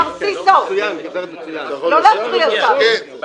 מר סיסו, לא להפריע שם.